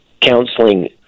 counseling